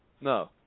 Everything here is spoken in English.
No